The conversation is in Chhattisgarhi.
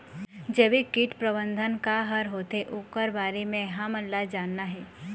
जैविक कीट प्रबंधन का हर होथे ओकर बारे मे हमन ला जानना हे?